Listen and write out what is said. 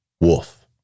wolf